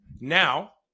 Now